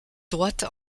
droite